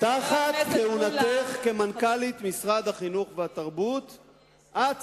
תגיד את זה, למה החרדים יותר נהנים, ?